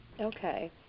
Okay